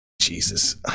Jesus